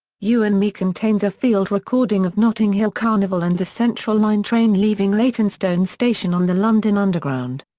you and me contains a field recording of notting hill carnival and the central line train leaving leytonstone station on the london underground.